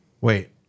Wait